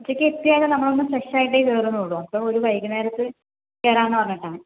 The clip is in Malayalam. ഉച്ചയ്ക്കെത്തിയാല് നമ്മളൊന്ന് ഫ്രെഷായിട്ടേ കേറുന്നുള്ളു അപ്പം ഒരു വൈകുന്നേരത്ത് കേറാന്ന് പറഞ്ഞിട്ടാണ്